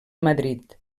madrid